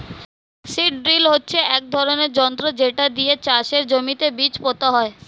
seed drill হচ্ছে এক ধরনের যন্ত্র যেটা দিয়ে চাষের জমিতে বীজ পোতা হয়